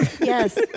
Yes